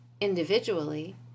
individually